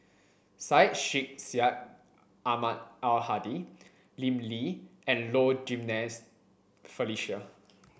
Syed Sheikh Syed Ahmad Al Hadi Lim Lee and Low Jimenez Felicia